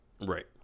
Right